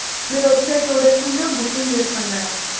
మీరు వచ్చే two days ముందు బుకింగ్ చేసుకోండి మేడం